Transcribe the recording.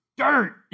dirt